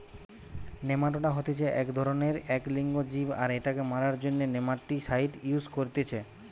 nematoda হতিছে এক ধরণেরএক লিঙ্গ জীব আর এটাকে মারার জন্য নেমাটিসাইড ইউস করতিছে